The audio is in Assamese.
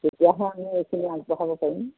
তেতিয়াহে আমি এইখিনি আগবঢ়াব পাৰিম